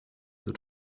the